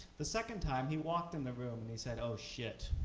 the second time, he walked in the room and he said, oh, shit.